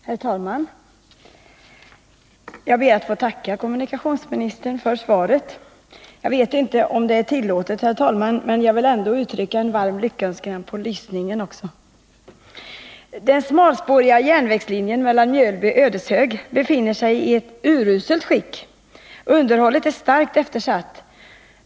Herr talman! Jag ber att få tacka kommunikationsministern för svaret. Jag vet inte om det är tillåtet, men jag vill också uttrycka en varm Den smalspåriga järnvägslinjen Mjölby-Ödeshög befinner sig i ett uruselt skick — underhållet är starkt eftersatt.